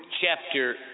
chapter